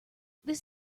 this